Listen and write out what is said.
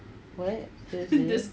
what seriously